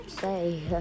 say